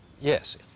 Yes